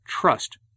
trust